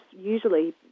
usually